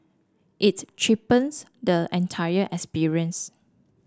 it cheapens the entire experience